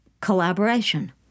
collaboration